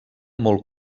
molt